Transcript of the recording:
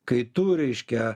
kai tu reiškia